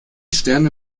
sterne